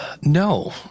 No